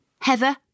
Heather